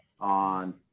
on